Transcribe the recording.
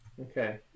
Okay